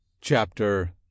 Chapter